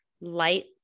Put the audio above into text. light